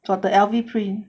got the L_V print